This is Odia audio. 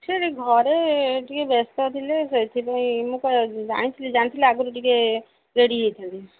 ସେ ଘରେ ଟିକେ ବ୍ୟସ୍ତ ଥିଲେ ସେଥିପାଇଁ ମୁଁ ଜାଣିଥିଲି ଜାଣିଥିଲି ଆଗରୁ ଟିକେ ରେଡ଼ି ହେଇଥାନ୍ତି